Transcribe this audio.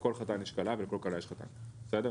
לכל חתן יש כלה ולכל כלה יש חתן, בסדר?